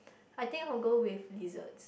I think I'll go with lizards